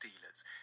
dealers